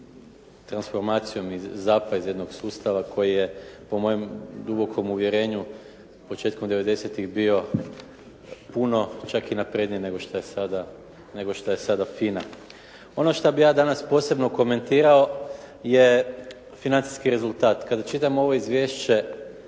transformacijom iz ZAPA, iz jednog sustava koji je po mojem dubokom uvjerenju početkom devedesetih bio puno čak i napredniji nego što je sada FINA. Ono što bih ja danas posebno komentirao je financijski rezultat. Kada čitam ovo izvješće